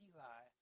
Eli